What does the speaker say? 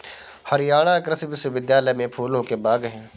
हरियाणा कृषि विश्वविद्यालय में फूलों के बाग हैं